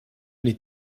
les